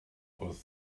wrth